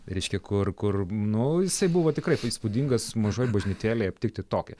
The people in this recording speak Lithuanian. reiškia kur kur nu jisai buvo tikrai įspūdingas mažoj bažnytėlėj aptikti tokį